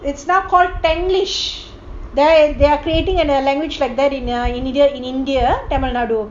it's now called tanglish they are creating a new language like that in india temanadu